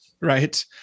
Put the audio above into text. Right